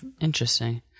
interesting